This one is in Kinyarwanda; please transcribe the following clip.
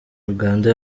uganda